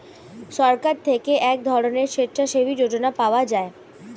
সরকার থেকে এক ধরনের স্বেচ্ছাসেবী যোজনা পাওয়া যায়